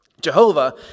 Jehovah